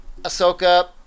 ahsoka